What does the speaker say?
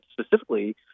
specifically